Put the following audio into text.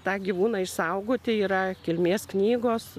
tą gyvūną išsaugoti yra kilmės knygos